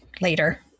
later